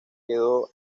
quedó